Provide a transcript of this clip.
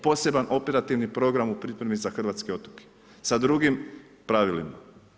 Poseban operativni program u pripremi za hrvatske otoke sa drugim pravilima.